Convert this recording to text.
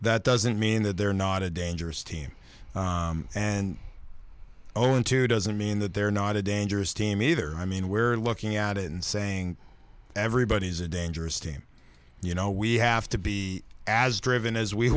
that doesn't mean that they're not a dangerous team and own two doesn't mean that they're not a dangerous team either i mean we're looking at it and saying everybody is a dangerous team you know we have to be as driven as we